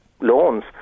loans